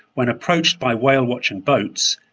when approached by whale-watching boats,